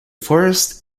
forest